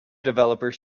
developers